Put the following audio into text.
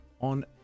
on